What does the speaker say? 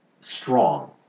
strong